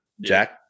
jack